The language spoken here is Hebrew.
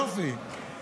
יופי, יופי.